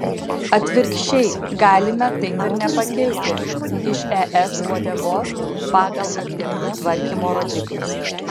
atvirkščiai galime taip ir nepakilti iš es uodegos pagal atliekų tvarkymo rodiklius